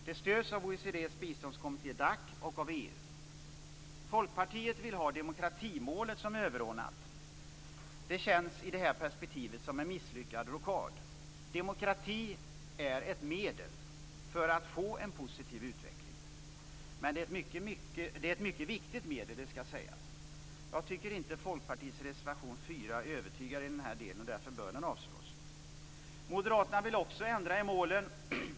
Det stöds av OECD:s biståndskommitté DAC och av EU. Folkpartiet vill att demokratimålet skall vara överordnat. Det känns i det här perspektivet som en misslyckad rockad. Demokrati är ett medel för att få en positiv utveckling. Det skall sägas att det är ett mycket viktigt medel, men jag tycker inte att Folkpartiets reservation 4 övertygar i den här delen. Därför bör den avslås. Också Moderaterna vill ändra i målen.